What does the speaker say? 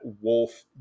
wolf